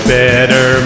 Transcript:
better